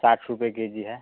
साठ रुपये के जी है